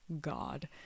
god